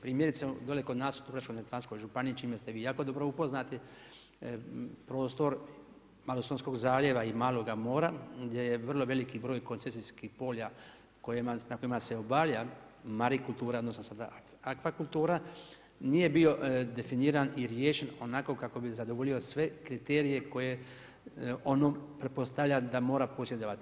Primjerice dolje kod nas u Dubrovačko-neretvanskoj županiji, s čime ste vi jako dobro upoznati, prostor Malostonskog zaljeva i Malog mora gdje je vrlo veliki broj koncesijskih polja na kojima se obavlja marikultura odnosno sada akvakultura nije bio definiran i riješen onako kako bi zadovoljio sve kriterije koje pretpostavljam da posjedovati.